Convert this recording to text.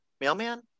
mailman